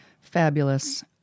Fabulous